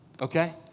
okay